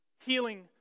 healing